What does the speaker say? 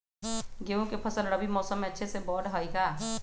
गेंहू के फ़सल रबी मौसम में अच्छे से बढ़ हई का?